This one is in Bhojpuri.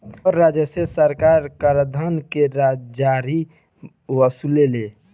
कर राजस्व सरकार कराधान के जरिए वसुलेले